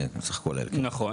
נכון.